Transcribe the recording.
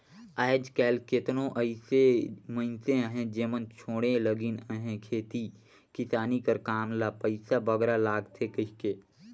आएज काएल केतनो अइसे मइनसे अहें जेमन छोंड़े लगिन अहें खेती किसानी कर काम ल पइसा बगरा लागथे कहिके